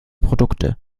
produkte